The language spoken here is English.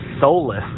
soulless